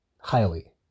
Highly